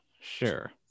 Sure